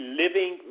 living